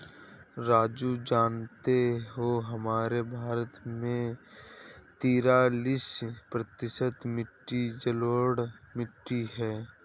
राजू जानते हो हमारे भारत देश में तिरालिस प्रतिशत मिट्टी जलोढ़ मिट्टी हैं